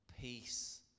Peace